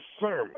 sermon